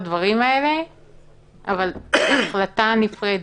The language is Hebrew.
זאת אופרציה משמעותית,